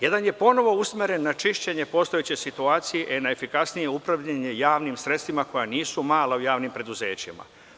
Jedan je ponovo usmeren na čišćenje postojeće situacije i na efikasnije upravljanje javnim sredstvima koja nisu mala u javnim preduzećima.